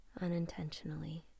Unintentionally